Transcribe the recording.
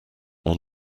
are